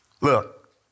Look